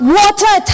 water